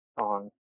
on